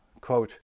quote